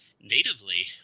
Natively